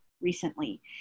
recently